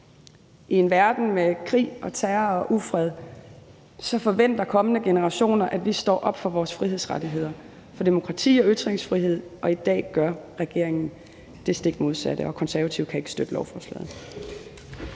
I en verden med krig, terror og ufred forventer kommende generationer, at vi står op for vores frihedsrettigheder, for demokrati og ytringsfrihed, og i dag gør regeringen det stik modsatte. Konservative kan ikke støtte lovforslaget.